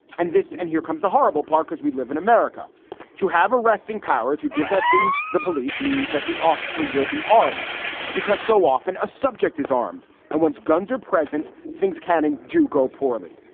and this and here comes the horrible part, because we live in america to have arresting power to give that to the police means that the officer will be armed because so often a subject is armed. and once guns are present, things can and do go poorly.